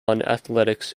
athletics